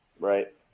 Right